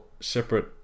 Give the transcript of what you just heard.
separate